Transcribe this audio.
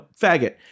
faggot